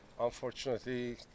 Unfortunately